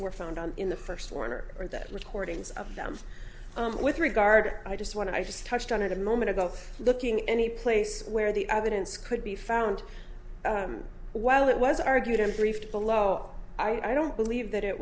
were found on in the first warner or that recordings of them with regard i just want to i just touched on it a moment ago looking any place where the other dence could be found while it was argued and briefed below i don't believe that it